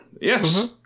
yes